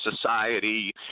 society